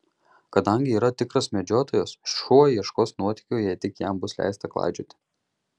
kadangi yra tikras medžiotojas šuo ieškos nuotykių jei tik jam bus leista klaidžioti